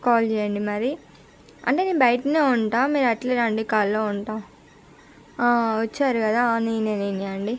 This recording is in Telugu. కాల్ చేయండి మరి అంటే నేను బయటనే ఉంటా మీరు అట్లే రండి కాల్లో ఉంటా వచ్చారు కదా నేనే నేనే అండి